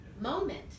moment